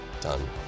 done